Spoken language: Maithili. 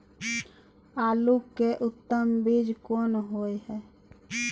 आलू के उत्तम बीज कोन होय है?